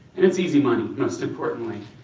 and it's easy money, most importantly.